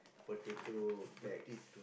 potato bags